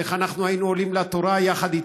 איך היינו עולים לתורה יחד איתם,